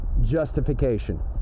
justification